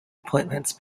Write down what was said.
appointments